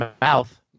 mouth